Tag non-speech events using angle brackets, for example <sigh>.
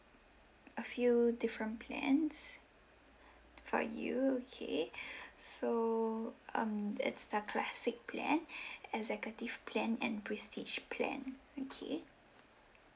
a few different plans for you okay <breath> so um it's the classic plan <breath> executive plan and prestige plan okay